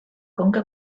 conca